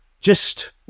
Just-